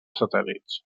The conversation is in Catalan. satèl·lits